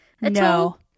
No